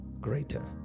greater